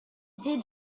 did